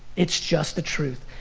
it's just the truth.